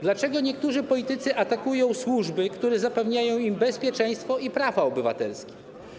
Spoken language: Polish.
Dlaczego niektórzy politycy atakują służby, które zapewniają im bezpieczeństwo i prawa obywatelskie?